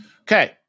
Okay